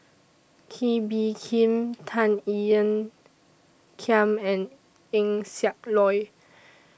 Kee Bee Khim Tan Ean Kiam and Eng Siak Loy